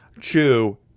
chew